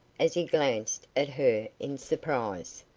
as he glanced at her in surprise.